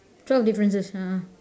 twelve differences ah ah